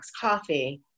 coffee